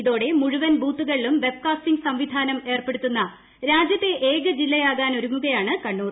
ഇതോടെ മുഴുവൻ ബൂത്തുകളിലും വെബ്കാസ്റ്റിംഗ് സംവിധാനം ഏർപ്പെടുത്തുന്ന രാജ്യത്തെ ഏക ജില്ലയാകാനൊരുങ്ങുകയാണ് കണ്ണൂർ